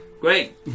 Great